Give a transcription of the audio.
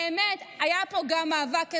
באמת, היה פה גם מאבק אזרחי.